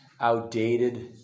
outdated